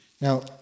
Now